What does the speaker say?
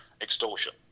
extortion